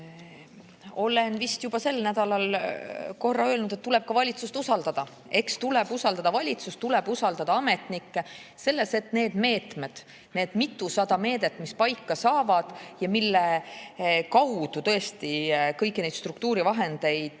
Olen vist sel nädalal korra juba öelnud, et tuleb valitsust usaldada. Tuleb usaldada valitsust, tuleb usaldada ametnikke selles, et need meetmed, need mitusada meedet, mis paika saavad ja mille kaudu tõesti kõiki neid struktuurivahendeid